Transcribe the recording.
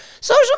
Social